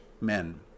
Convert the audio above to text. men